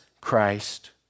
Christ